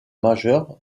majeur